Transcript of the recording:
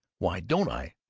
why don't i!